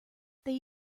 they